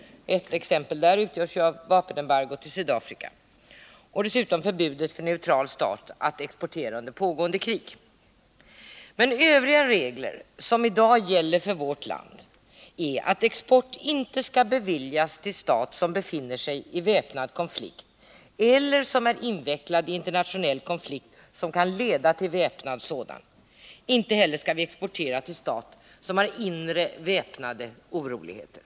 Ett exempel härpå är vapenembargot mot Sydafrika. Dessutom gäller förbud för neutral stat att exportera under pågående krig. Men Övriga i dag för vårt land gällande regler är att export inte skall beviljas till stat som befinner sig i väpnad konflikt eller som är invecklad i internationell konflikt som kan leda till väpnad sådan. Inte heller skall vi exportera till stat som har inre väpnade oroligheter.